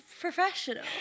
professional